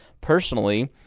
personally